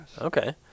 Okay